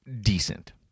decent